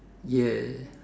ya